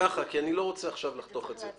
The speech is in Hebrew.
ככה, כי אני לא רוצה עכשיו לחתוך את זה.